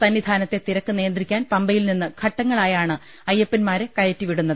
സന്നിധാനത്തെ തിരക്ക് നിയന്ത്രിക്കാൻ പമ്പയിൽനിന്ന് ഘട്ടങ്ങളായാണ് അയ്യപ്പന്മാരെ കയറ്റിവിടുന്നത്